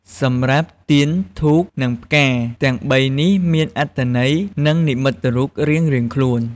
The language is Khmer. សម្រាប់ ទាន ធូប និងផ្កា ទាំងបីនេះមានអត្ថន័យ នឹងនិមិត្តរូបរៀងៗខ្លួន។